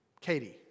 Katie